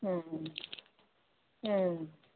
ꯎꯝ ꯎꯝ